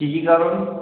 কী কী কারণ